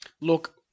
Look